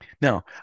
Now